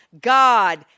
God